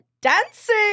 dancing